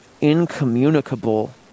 incommunicable